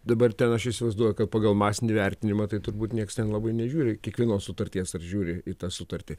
dabar ten aš įsivaizduoju kad pagal masinį vertinimą tai turbūt niekas ten labai nežiūri kiekvienos sutarties ar žiūri į tą sutartį